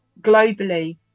globally